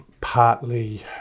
partly